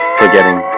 forgetting